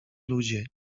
ludzie